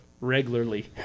regularly